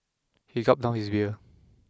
he gulped down his beer